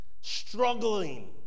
struggling